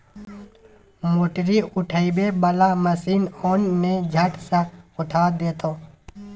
मोटरी उठबै बला मशीन आन ने झट सँ उठा देतौ